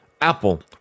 Apple